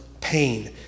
pain